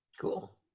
Cool